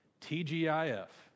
T-G-I-F